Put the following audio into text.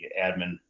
admin